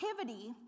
activity